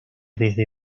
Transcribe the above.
desde